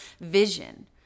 vision